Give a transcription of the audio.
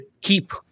keep